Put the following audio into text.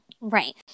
Right